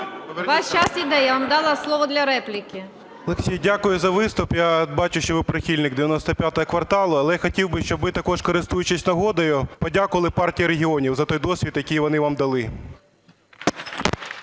У вас час іде, я вам дала слово для репліки. 14:34:31 КАЧУРА О.А. Олексій, дякую за виступ. Я бачу, що ви прихильник "95 кварталу". Але я хотів би, щоб ви також, користуючись нагодою, подякували "Партії регіонів" за той досвід, який вони вам дали.